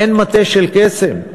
אין מטה של קסם,